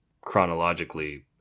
chronologically